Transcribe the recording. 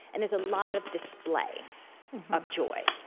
and there's a lot of display of joy.